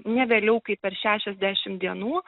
ne vėliau kaip per šešiasdešimt dienų